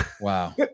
Wow